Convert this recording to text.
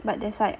but that's like